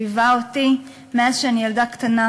שליווה אותי מאז שאני ילדה קטנה.